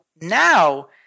now